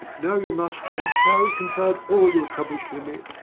now you must and shall confide all your troubles to me.